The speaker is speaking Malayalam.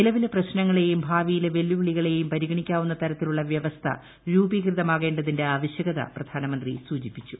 നിലവിലെ പ്രശ് നങ്ങളെയും ഭാവിയിലെ വെല്ലുവിളികളെയും പരിഗണിക്കാവുന്ന തരത്തിലുള്ള വൃവസ്ഥ രൂപീകൃതമാകേണ്ടതിന്റെ ആവശൃകത പ്രധാനമന്ത്രി സൂചിപ്പിച്ചു